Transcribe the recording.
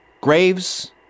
graves